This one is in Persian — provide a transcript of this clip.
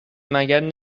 مگر